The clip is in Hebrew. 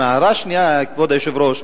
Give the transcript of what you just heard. ההערה השנייה, כבוד היושב-ראש: